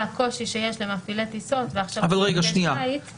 הקושי שיש למפעילי טיסות ועכשיו לכלי שיט.